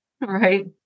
right